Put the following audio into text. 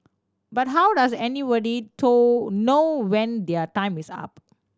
but how does know when their time is up